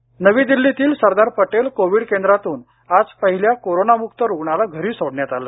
corona नवी दिल्लीतील Sardar Patel Covid केंद्रातून आज पहिल्या कोरोनामुक्त रुग्णाला घरी सोडण्यात आलं